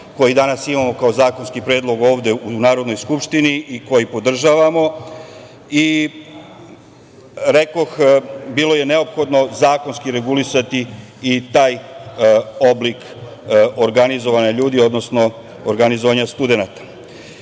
koji danas imamo kao zakonski predlog ovde u Narodnoj skupštini i koji podržavamo. Rekoh, bilo je neophodno zakonski regulisati i taj oblik organizovanja ljudi, odnosno organizovanja studenata. Istorija